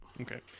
Okay